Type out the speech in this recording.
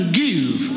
give